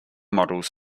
models